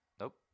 Nope